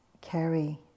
carry